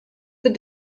that